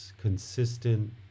consistent